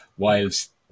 Whilst